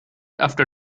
after